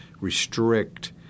restrict